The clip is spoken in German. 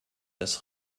das